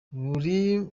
bari